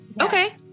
okay